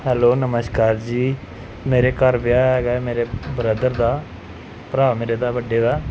hello ਨਮਸ਼ਕਾਰ ਜੀ ਮੇਰੇ ਘਰ ਵਿਆਹ ਹੈਗਾ ਮੇਰੇ ਬਰਦਰ ਦਾ ਭਰਾ ਮੇਰੇ ਦਾ ਵੱਡੇ ਦਾ